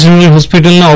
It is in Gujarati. જનરલ ફોસ્પિટલનાં ઓ